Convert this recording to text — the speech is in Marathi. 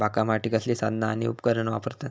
बागकामासाठी कसली साधना आणि उपकरणा वापरतत?